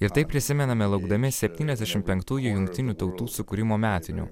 ir tai prisimename laukdami septyniasdešim penktųjų jungtinių tautų sukūrimo metinių